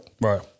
Right